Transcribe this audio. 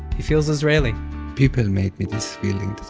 he feels israeli people made me this feeling